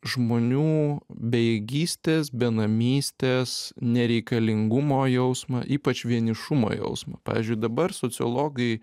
žmonių bejėgystės benamystės nereikalingumo jausmą ypač vienišumo jausmą pavyzdžiui dabar sociologai